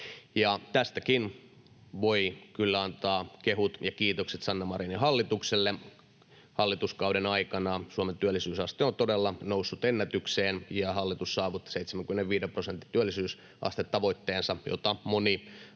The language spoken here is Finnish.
tästäkin voi kyllä antaa kehut ja kiitokset Sanna Marinin hallitukselle. Hallituskauden aikana Suomen työllisyysaste on todella noussut ennätykseen. Hallitus saavutti 75 prosentin työllisyysastetavoitteensa, jota moni